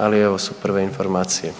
ali ovo su prve informacije.